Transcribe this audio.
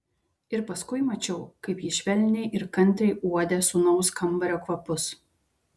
ir paskui mačiau kaip ji švelniai ir kantriai uodė sūnaus kambario kvapus